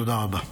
תודה רבה.